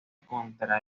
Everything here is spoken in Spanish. contra